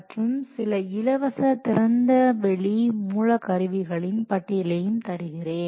மற்றும் சில இலவச திறந்தவெளி மூல கருவிகளின் பட்டியலையும் தருகிறேன்